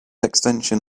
extension